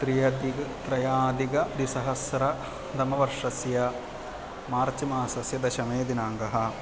त्र्यधिकं त्र्यधिकद्विसहस्रतमवर्षस्य मार्च्मासस्य दशमः दिनाङ्कः